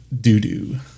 doo-doo